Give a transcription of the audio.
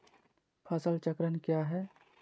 फसल चक्रण क्या है?